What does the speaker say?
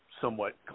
somewhat